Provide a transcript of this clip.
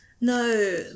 no